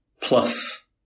plus